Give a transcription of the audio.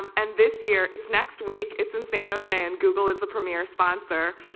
um and this year, it's next week, it's in san jose, and google is the premier sponsor.